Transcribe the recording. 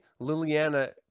Liliana